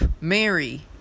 Mary